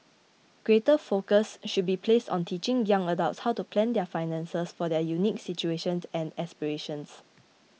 greater focus should be placed on teaching young adults how to plan their finances for their unique situations and aspirations